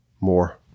more